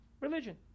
religion